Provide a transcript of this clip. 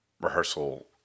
rehearsal